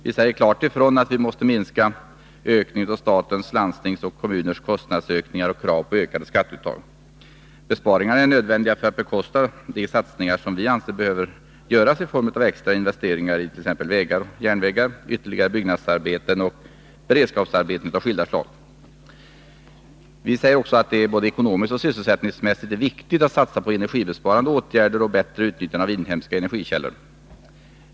Vi säger klart ifrån att man måste hejda statens, landstingens och kommunernas kostnadsökningar och krav på ökade skatteuttag. Besparingar är nödvändiga för att bekosta de satsningar som vi anser behöver göras i form av extra investeringar i t.ex. vägar, järnvägar, ytterligare byggnadsarbeten och beredskapsarbeten av skilda slag. Vi säger också att det både ekonomiskt och sysselsättningsmässigt är viktigt att satsa på energibesparande åtgärder och bättre utnyttjande av inhemska energikällor.